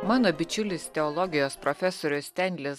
mano bičiulis teologijos profesorius stenlis